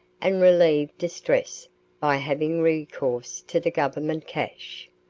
and relieve distress by having recourse to the government cash.